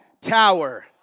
tower